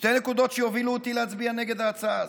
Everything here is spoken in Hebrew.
שתי נקודות שיובילו אותי להצביע נגד ההצעה הזאת.